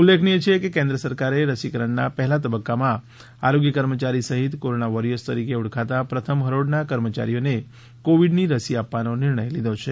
ઉલ્લેખનીય છે કે કેન્દ્ર સરકારે રસીકરણના પહેલા તબક્કામાં આરોગ્ય કર્મચારી સહિત કોરોના વોરિયર્સ તરીકે ઓળખાતા પ્રથમ હરોળના કર્મચારીઓને કોવિડની રસી આપવાનો નિર્ણય લીધો છે